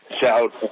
shout